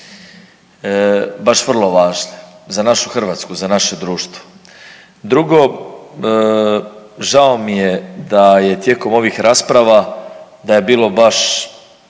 baš vrlo važne za našu Hrvatsku, za naše društvo. Drugo, žao mi je da je tijekom ovih rasprava da je bilo baš